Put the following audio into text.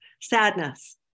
sadness